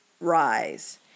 rise